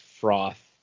froth